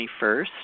21st